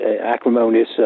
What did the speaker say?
acrimonious